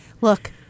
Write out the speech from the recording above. look